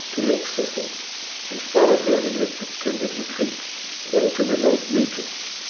to leave suthul and follow him in his pretended retreat into remote regions.